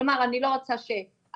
כלומר, אני לא רוצה שאתם